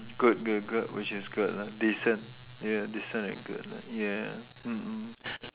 good good good which is good lah decent ya decent and good lah ya mm mm